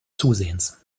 zusehends